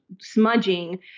smudging